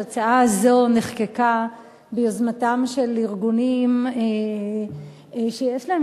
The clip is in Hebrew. הצעה זו נחקקה ביוזמתם של ארגונים שיש להם